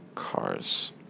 Cars